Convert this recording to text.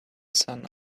sun